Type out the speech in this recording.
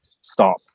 stop